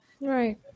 Right